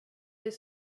dig